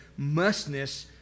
mustness